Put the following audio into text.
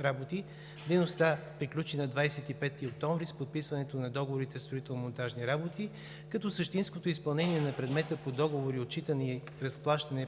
работи. Дейността приключи на 25 октомври с подписването на договорите за строително-монтажни работи, като същинското изпълнение на предмета по договори, отчитане и разплащане